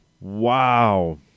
Wow